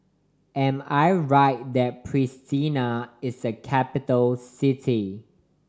am I right that Pristina is a capital city